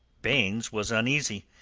baynes was uneasy,